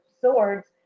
Swords